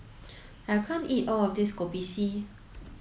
I can't eat all of this Kopi C